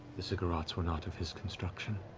the ziggurats were not of his construction.